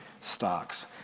stocks